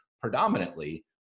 predominantly